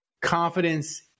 confidence